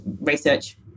research